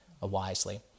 wisely